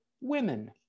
women